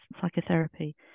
psychotherapy